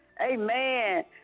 Amen